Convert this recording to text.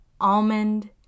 almond